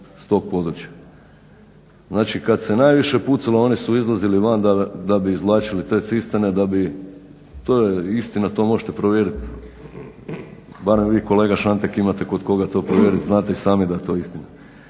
Znači kad se najviše pucalo oni su izlazili van da bi izvlačili te cisterne, da bi, to je istina to možete provjerit, barem vi kolega Šantek imate kod koga to provjeriti, znate i sami da je to istina.